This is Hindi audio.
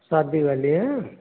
सादी वाली